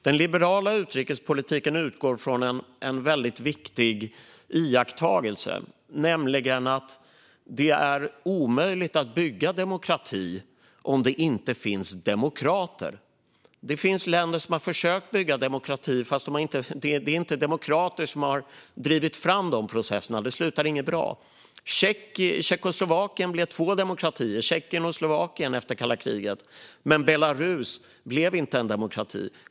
Den liberala utrikespolitiken utgår från en väldigt viktig iakttagelse, nämligen att det är omöjligt att bygga demokrati om det inte finns demokrater. Det finns länder som har försökt att bygga demokrati fastän det inte varit demokrater som har drivit fram dessa processer; det slutar inte bra. Tjeckoslovakien blev två demokratier - Tjeckien och Slovakien - efter kalla kriget, men Belarus blev inte en demokrati.